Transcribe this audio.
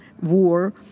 war